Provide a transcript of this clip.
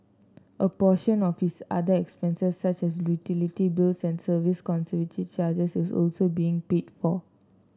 a portion of his other expenses such as utility bills and service and conservancy charges is also being paid for